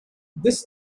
this